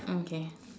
okay